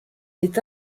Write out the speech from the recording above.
est